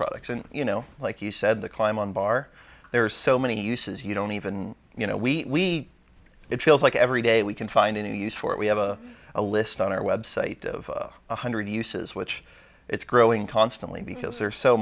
products and you know like you said the climb on bar there's so many uses you don't even you know we it feels like every day we can find a new use for it we have a list on our website of one hundred uses which it's growing constantly because there's so